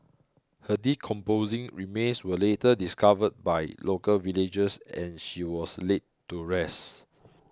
her decomposing remains were later discovered by local villagers and she was laid to rest